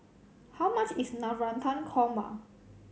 how much is Navratan Korma